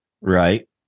Right